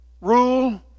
rule